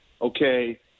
okay